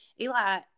Eli